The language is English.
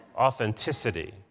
authenticity